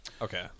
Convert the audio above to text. okay